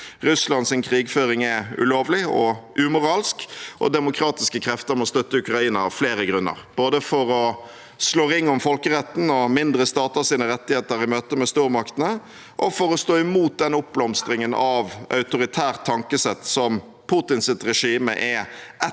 Russlands krigføring er ulovlig og umoralsk. Demokratiske krefter må støtte Ukraina av flere grunner, både for å slå ring om folkeretten og mindre staters rettigheter i møte med stormaktene, og for å stå imot oppblomstringen av autoritært tankesett som Putins regime er et